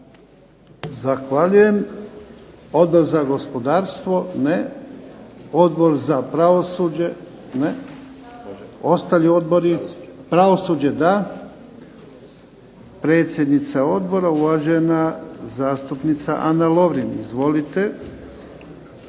Zahvaljujem. Odbor za gospodarstvo? Ne. Odbor za pravosuđe? Ne. Ostali odbori? Pravosuđe da, predsjednica odbora uvažena zastupnica Ana Lovrin. Izvolite.